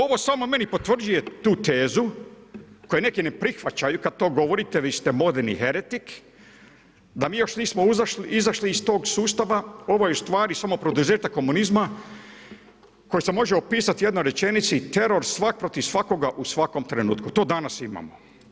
Ovo samo meni potvrđuje tu tezu koji neki ne prihvaćaju kada to govorite, vi ste moderni heretik da mi još nismo izašli iz tog sustava ovo je ustvari samo produžetak komunizma koji se može opisati jednom rečenicom, teror svak protiv svakoga u svakom trenutku, to danas imamo.